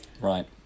right